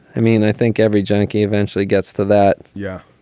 i mean i think every junkie eventually gets to that. yeah